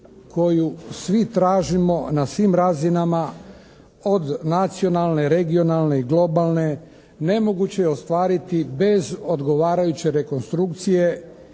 koju svi tražimo na svim razinama od nacionalne, regionalne i globalne nemoguće je ostvariti bez odgovarajuće rekonstrukcije